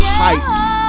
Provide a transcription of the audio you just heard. pipes